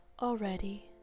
already